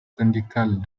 syndicales